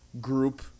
group